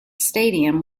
stadium